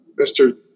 Mr